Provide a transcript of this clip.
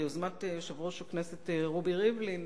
ביוזמת יושב-ראש הכנסת רובי ריבלין,